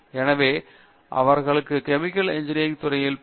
எனவே அவர்களுக்கு chemical engineering துறையில் பிஎச்